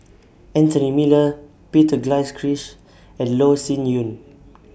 Anthony Miller Peter Gilchrist and Loh Sin Yun